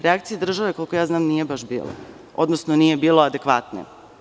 Reakcija države, koliko ja znam, nije baš bila, odnosno nije bila adekvatna.